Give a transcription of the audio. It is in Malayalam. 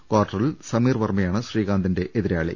ക്വാർട്ടറിൽ സമീർ വർമ്മയാണ് ശ്രീകാന്തിന്റെ എതിരാളി